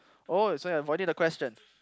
oh so you're avoiding the question